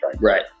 Right